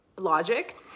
Logic